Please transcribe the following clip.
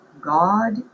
God